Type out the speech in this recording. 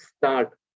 start